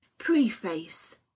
Preface